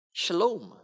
shalom